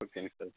ஓகேங்க சார்